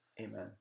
Amen